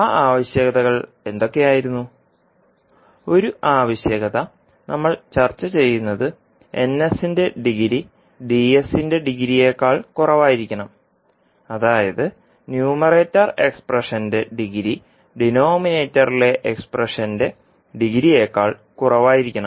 ആ ആവശ്യകതകൾ എന്തൊക്കെ ആയിരുന്നു ഒരു ആവശ്യകത നമ്മൾ ചർച്ച ചെയ്യുന്നത് ന്റെ ഡിഗ്രി ന്റെ ഡിഗ്രിയേക്കാൾ കുറവായിരിക്കണം അതായത് ന്യൂമറേറ്റർ എക്സ്പ്രഷന്റെ ഡിഗ്രി ഡിനോമിനേറ്ററിലെ എക്സ്പ്രഷന്റെ ഡിഗ്രിയേക്കാൾ കുറവായിരിക്കണം